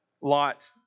Lot